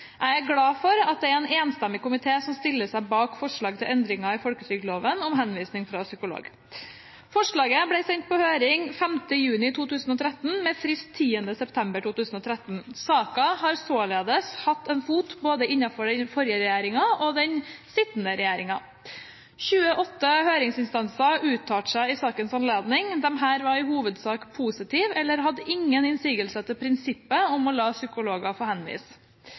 Jeg er glad for at det er en enstemmig komité som stiller seg bak forslag til endringer i folketrygdloven om henvisning fra psykolog. Forslaget ble sendt på høring 5. juni 2013 med frist 10. september 2013. Saken har således hatt en fot innenfor både den forrige regjeringen og den sittende regjeringen. 28 høringsinstanser uttalte seg i sakens anledning. De var i hovedsak positive eller hadde ingen innsigelser til prinsippet om å la